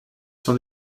son